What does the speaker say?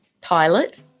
pilot